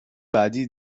بعدیای